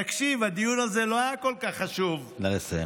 תקשיב, הדיון הזה לא היה כל כך חשוב, נא לסיים.